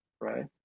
right